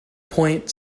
point